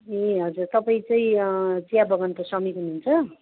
ए हजुर तपाईँ चाहिँ चिया बगानको श्रमिक हुनुहुन्छ